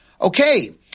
Okay